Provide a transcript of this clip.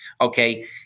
okay